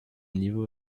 niveau